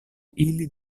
ili